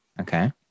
Okay